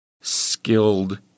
skilled